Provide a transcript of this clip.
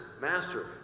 Master